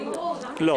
כן,